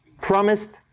promised